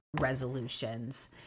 resolutions